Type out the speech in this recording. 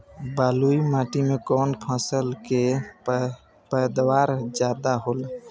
बालुई माटी में कौन फसल के पैदावार ज्यादा होला?